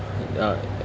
uh